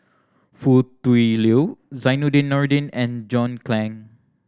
Foo Tui Liew Zainudin Nordin and John Clang